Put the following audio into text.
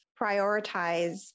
Prioritize